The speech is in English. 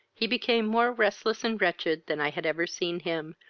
he became more restless and wretched than i had ever seen him,